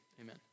Amen